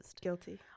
Guilty